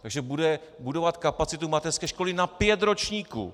Takže bude budovat kapacitu mateřské školy na pět ročníků.